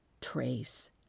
Trace